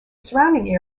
surrounding